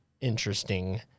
interesting